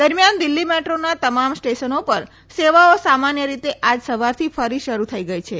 દરમિયાન દીલ્ફી મેટ્રોના તમામ સ્ટેશનો પર સેવાઓ સામાન્ય રીતે આજ સવારથી ફરી શરૂ થઇ ગઇ છે